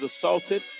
assaulted